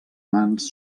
mans